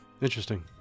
Interesting